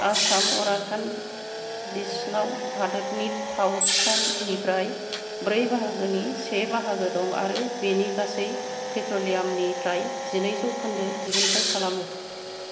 Assam Arakan बेसिनाव हादोरनि थाव थिखाननि फ्राय ब्रै बाहागोनि से बाहागो दं आरो बेनि गासै पेट्रलियामनिफ्राय जिनै जौखोन्दो दिहुन्थाय खालामो